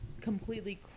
completely